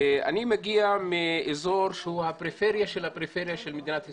אני מגיע מאזור שהוא הפריפריה של הפריפריה של מדינת ישראל,